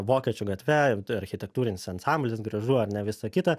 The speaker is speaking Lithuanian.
vokiečių gatve architektūrinis ansamblis gražu ar ne visa kita